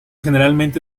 generalmente